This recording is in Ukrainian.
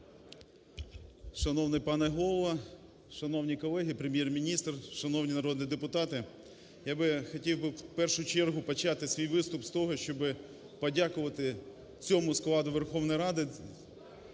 Шановний пане Голово, шановні колеги, Прем'єр-міністр, шановні народні депутати! Я би хотів би у першу чергу почати свій виступ з того, щоб подякувати цьому складу Верховної Ради